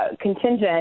contingent